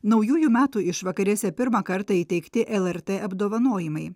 naujųjų metų išvakarėse pirmą kartą įteikti lrt apdovanojimai